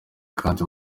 kandi